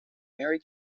marie